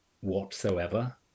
whatsoever